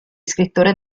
scrittore